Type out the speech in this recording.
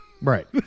Right